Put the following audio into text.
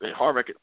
Harvick